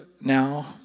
now